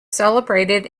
celebrated